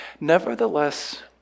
Nevertheless